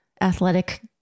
athletic